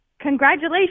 congratulations